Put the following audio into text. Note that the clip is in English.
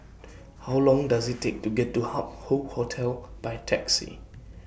How Long Does IT Take to get to Hup Hoe Hotel By Taxi